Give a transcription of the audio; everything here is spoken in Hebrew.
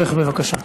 בבקשה.